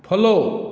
follow